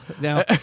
now